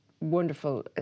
wonderful